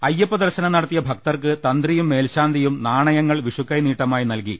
അയ്യപ്പ ദർശ നം നടത്തിയ ഭക്തർക്ക് തന്ത്രിയും മേൽശാന്തിയും നാണയങ്ങൾ വിഷുക്കൈ നീട്ടമായി നൽകി